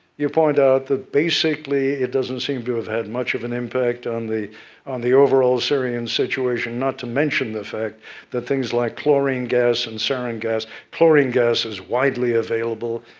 you point out that, basically, it doesn't seem to have had much of an impact on the on the overall syrian situation, not to mention the fact that things like chlorine gas and sarin gas gas chlorine gas is widely available.